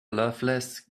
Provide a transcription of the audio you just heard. lovelace